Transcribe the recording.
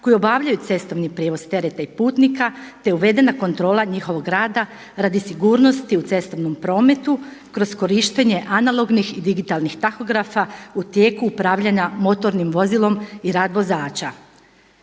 koji obavljaju cestovni prijevoz tereta i putnika, te uvedena kontrola njihovog rada radi sigurnosti u cestovnom prometu kroz korištenje analognih i digitalnih tahografa u tijeku upravljanja motornim vozilom i rad vozača.